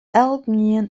elkenien